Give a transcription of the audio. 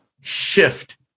shift